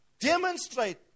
Demonstrate